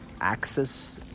access